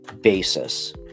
basis